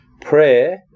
prayer